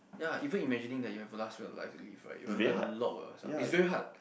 ya even imagining that you have the last bit of life you live right you will learn a lot about yourself it's very hard